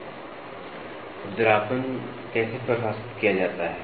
खुरदरापन खुरदरापन कैसे परिभाषित किया जाता है